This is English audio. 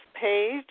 page